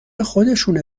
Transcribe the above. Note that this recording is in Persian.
خودشونه